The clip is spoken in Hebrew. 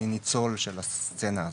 אני ניצול של הסצנה הזאת.